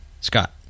Scott